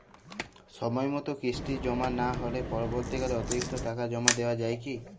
সময় মতো কিস্তি জমা না হলে পরবর্তীকালে অতিরিক্ত টাকা জমা দেওয়া য়ায় কি?